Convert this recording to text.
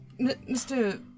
Mr